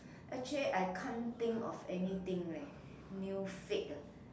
actually I can't think of anything leh new fad eh